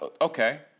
Okay